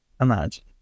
Imagine